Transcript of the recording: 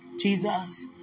Jesus